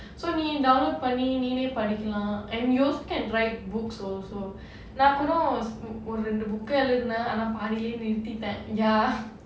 so இத:idha download பண்ணி நீயே படிக்கலாம்:panni neeyae padikalaam and you also can write books also நா கூட ஒரு ரெண்டு:naan kuda oru rendu book எழுதினேன்:elithinaen but பாதியிலே நிறுத்திட்டேன்:paathiyilayee niruthittaen ya